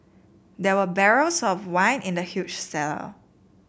there were barrels of wine in the huge cellar